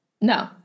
No